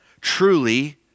Truly